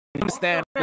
understand